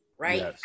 right